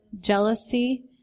jealousy